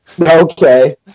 Okay